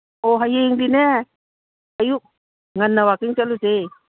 ꯑꯣ ꯍꯌꯦꯡꯗꯤꯅꯦ ꯑꯌꯨꯛ ꯉꯟꯅ ꯋꯥꯀꯤꯡ ꯆꯠꯂꯨꯁꯦ